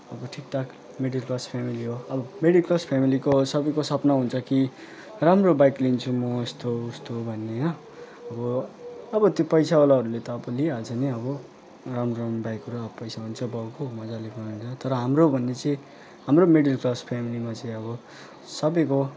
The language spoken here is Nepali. अब ठिकठाक मिडिल क्लास फेमिली हो अब मिडिल क्लास फेमिलीको सबैको सपना हुन्छ कि राम्रो बाइक लिन्छु म यस्तो उस्तो भन्ने होइन अब अब त्यो पैसावालाहरूले त अब लिइहाल्छ नि अब राम्रो राम्रो बाइकहरू अब पैसा हुन्छ बाउको मजाले कमाइ हुन्छ तर हाम्रो भन्ने चाहिँ हाम्रो मिडिल क्लास फेमिलीमा चाहिँ अब सबैको